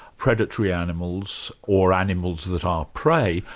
predatory animals, or animals that are prey,